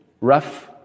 rough